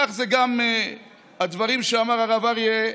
כך זה גם הדברים שאמר הרב אריה.